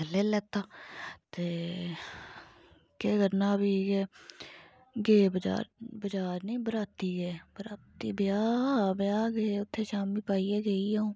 लेई लैत्ता ते केह् करना हा भी के गे बजार बजार निं बराती गे बराती ब्याह् हा ब्याह् गे उत्थै शामी पाइयै गेई अ'ऊं